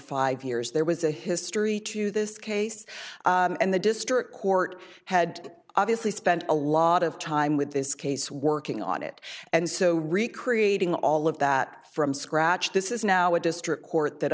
five years there was a history to this case and the district court had obviously spent a lot of time with this case working on it and so recreating all of that from scratch this is now a district court that